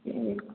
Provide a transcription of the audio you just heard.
चालेल